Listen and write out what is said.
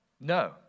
No